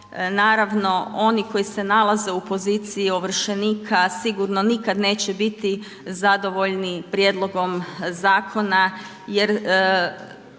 naravno oni koji se nazali u poziciji ovršenika sigurno nikad neće biti zadovoljni prijedlogom zakona